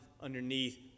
underneath